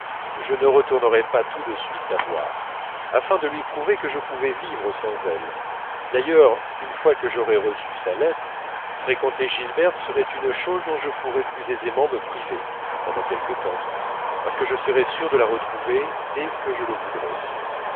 je ne retournerais pas tout de suite la voir afin de lui prouver que je pouvais vivre sans elle d'ailleurs une fois que j'aurais reçu sa lettre fréquenter gilberte serait une chose dont je pourrais plus aisément me priver pendant quelque temps parce que je serais sûr de la retrouver dès que je le voudrais